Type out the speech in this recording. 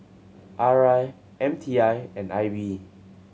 R I M T I and I B